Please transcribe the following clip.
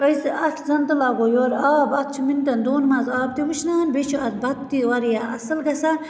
أسۍ اَتھ زَن تہٕ لاگو یورٕ آب اتھ چھُ مِنٹَن دۅن مَنٛز آب تہِ وُشنان بیٚیہِ چھ اتھ بَتہٕ تہِ واریاہ اصٕل گژھان